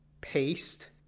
paste